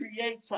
creates